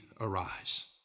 arise